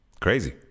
Crazy